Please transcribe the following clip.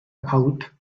out